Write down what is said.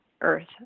Earth